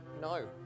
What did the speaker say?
No